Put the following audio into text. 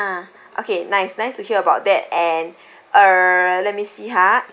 okay nice nice to hear about that and uh let me see ha and